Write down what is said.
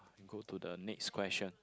go to the next question